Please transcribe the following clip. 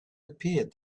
appeared